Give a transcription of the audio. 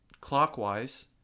clockwise